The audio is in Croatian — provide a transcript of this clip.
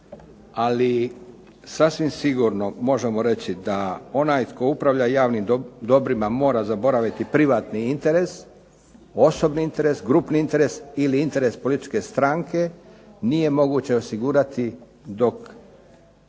ali sasvim sigurno možemo reći da onaj tko upravlja javnim dobrima mora zaboraviti privatni interes, osobni interes, grupni interes ili interes političke stranke, nije moguće osigurati dok